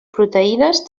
proteïnes